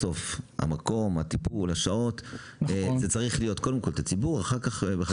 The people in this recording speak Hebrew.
המקום הטיפול והשעות צריך להיות לציבור ואחר כך לפרטי.